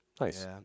Nice